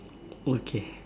okay